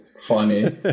funny